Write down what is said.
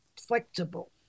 flexible